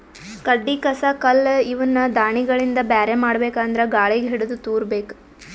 ಕಡ್ಡಿ ಕಸ ಕಲ್ಲ್ ಇವನ್ನ ದಾಣಿಗಳಿಂದ ಬ್ಯಾರೆ ಮಾಡ್ಬೇಕ್ ಅಂದ್ರ ಗಾಳಿಗ್ ಹಿಡದು ತೂರಬೇಕು